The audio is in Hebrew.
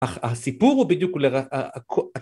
‫הסיפור הוא בדיוק...